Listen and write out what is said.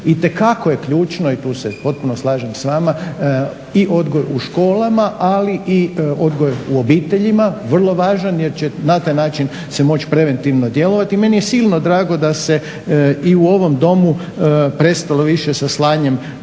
Itekako je ključno i tu se potpuno slažem s vama, i odgoj u školama, ali i odgoj u obiteljima vrlo važan, jer će na taj način se moći preventivno djelovati. I meni je silno drago da se i u ovom domu prestalo više sa slanjem poruka